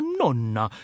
nonna